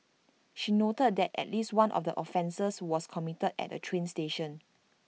she noted that at least one of the offences was committed at A train station